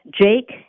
Jake